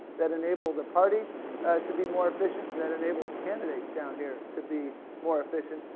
that enable the party to be more efficient, and that enable candidates down here to be more efficient.